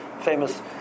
famous